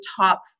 top